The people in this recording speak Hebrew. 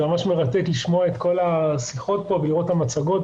זה ממש מרתק לשמוע את השיחות פה ולראות את המצגות.